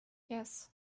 yes